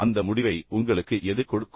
அந்த முடிவை உங்களுக்கு எது கொடுக்கும்